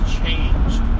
changed